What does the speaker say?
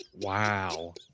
wow